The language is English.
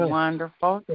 wonderful